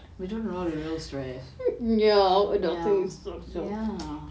we don't know the real stress ya ya